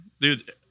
dude